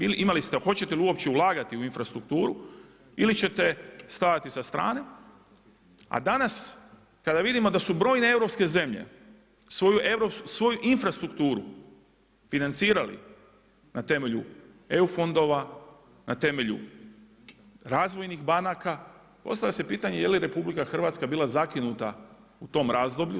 Imali ste, hoćete li uopće ulagati u infrastrukturu ili ćete stajati s strane, a danas, kada vidimo da su brojne europske zemlje, svoju infrastrukturu, financirali, na temelju EU fondova, na temelju razvojnih banaka, postavlja se pitanje je li RH, bila zakinuta u tom razdoblju.